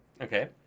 Okay